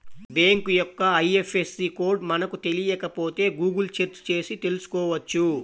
bank యొక్క IFSC code మనకు తెలియకపోతే గుగుల్ సెర్చ్ చేసి తెల్సుకోవచ్చు